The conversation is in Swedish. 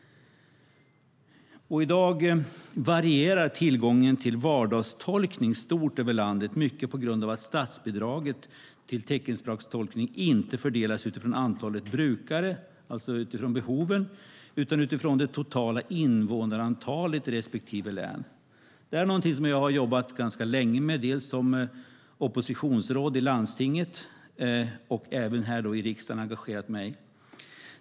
I dag varierar tillgången till vardagstolkning stort över landet mycket på grund av att statsbidraget till teckenspråkstolkning inte fördelas utifrån antalet brukare, alltså utifrån behoven, utan utifrån det totala invånarantalet i respektive län. Det är någonting som jag har jobbat ganska länge med, dels som oppositionsråd i landstinget, dels engagerat mig här i riksdagen.